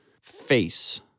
face